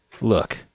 Look